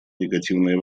негативное